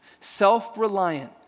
self-reliant